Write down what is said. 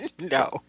No